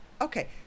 Okay